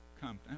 come